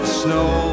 snow